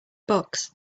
bucks